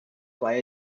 why